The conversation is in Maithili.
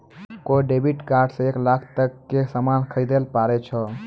कोय डेबिट कार्ड से एक लाख तक के सामान खरीदैल पारै छो